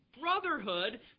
brotherhood